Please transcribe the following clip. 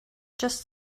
just